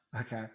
Okay